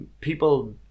people